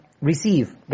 receive